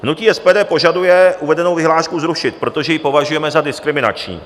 Hnutí SPD požaduje uvedenou vyhlášku zrušit, protože ji považujeme za diskriminační.